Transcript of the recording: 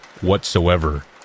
whatsoever